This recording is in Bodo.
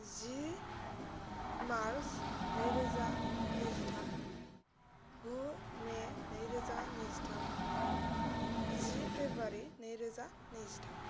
जि मार्स नैरोजा नैजिथाम गु मे नैरोजा नैजिथाम जि फ्रेबुवारि नैरोजा नैजिथाम